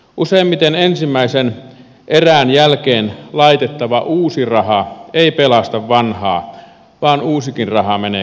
useimmiten ensimmäisen erän jälkeen laitettava uusi raha ei pelasta vanhaa vaan uusikin raha menee kankkulan kaivoon